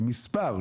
למספר,